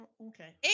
Okay